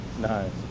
nice